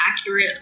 accurate